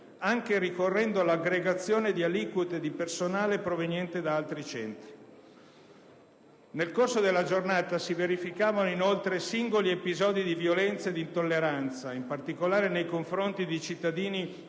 anche ricorrendo all'aggregazione di aliquote di personale proveniente da altri centri. Nel corso della giornata si verificavano, inoltre, singoli episodi di violenza e intolleranza, in particolare nei confronti di cittadini